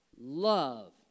Love